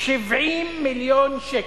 70 מיליון שקל,